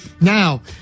Now